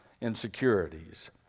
insecurities